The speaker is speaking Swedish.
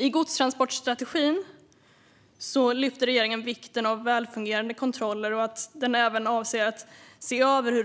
I godstransportstrategin lyfter regeringen fram vikten av välfungerande kontroller och att den även avser att se över hur